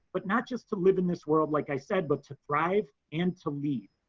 but not just to live in this world, like i said, but to thrive and to lead.